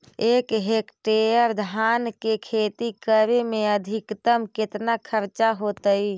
एक हेक्टेयर धान के खेती करे में अधिकतम केतना खर्चा होतइ?